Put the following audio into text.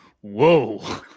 Whoa